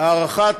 הארכת